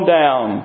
down